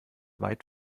weit